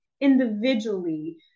individually